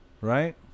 right